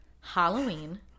Halloween